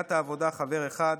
סיעת העבודה, חבר אחד.